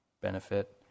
benefit